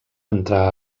entrar